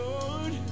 Lord